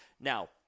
Now